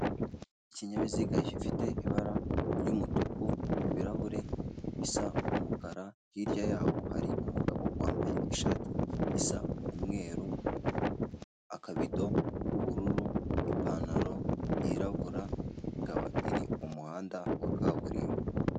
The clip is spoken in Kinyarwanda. Ikinyabiziga gifite ibara ry'umutuku ibirahure bisa umukara, hirya yaho hari umugabo wambaye ishati isa umweru, akabido k'ubururu, ipantalo yirabura ikaba iri mu muhanda wa kaburimbo.